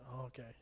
okay